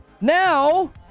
Now